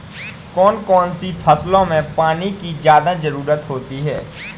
कौन कौन सी फसलों में पानी की ज्यादा ज़रुरत होती है?